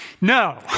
no